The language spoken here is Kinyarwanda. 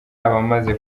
abamaze